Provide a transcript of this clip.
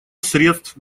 средств